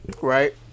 Right